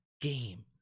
game